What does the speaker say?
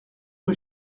rue